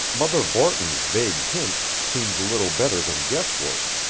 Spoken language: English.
mother borton's vague hints seemed little better than guess-work.